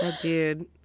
dude